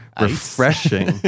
refreshing